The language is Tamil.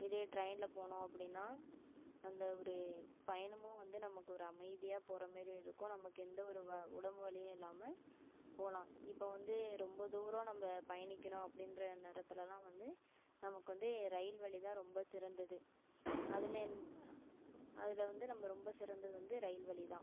இதே ட்ரெயினில் போனோம் அப்படினா அந்த ஒரு பயணமும் வந்து நமக்கு ஒரு அமைதியாக போகிற மாதிரி இருக்கும் நமக்கு எந்த ஒரு உடம்பு வலியும் இல்லாமல் போகலாம் இப்போ வந்து ரொம்ப தூரம் நம்ம பயணிக்கிறோம் அப்படின்ற நேரத்துலலாம் வந்து நமக்கு வந்து ரயில் வழிதான் ரொம்ப சிறந்தது அதில் அதில் வந்து நம்ம ரொம்ப சிறந்தது வந்து ரயில் வழிதான்